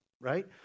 right